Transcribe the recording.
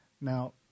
Now